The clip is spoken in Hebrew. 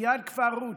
ליד כפר רות,